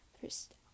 first